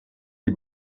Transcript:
les